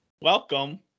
welcome